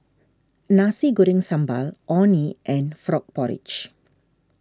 Nasi Goreng Sambal Orh Nee and Frog Porridge